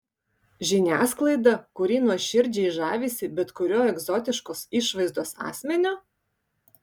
žiniasklaidą kuri nuoširdžiai žavisi bet kuriuo egzotiškos išvaizdos asmeniu